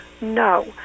no